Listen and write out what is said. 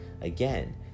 Again